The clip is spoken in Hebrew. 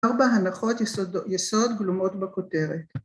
‫ארבעה הנחות יסוד גלומות בכותרת.